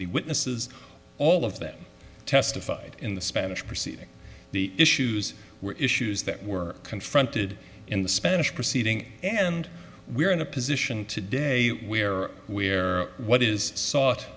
witnesses all of that testified in the spanish proceeding the issues were issues that were confronted in the spanish proceeding and we are in a position today where where what is s